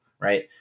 Right